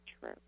true